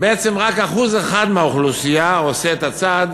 בעצם רק 1% מהאוכלוסייה עושה את הצעד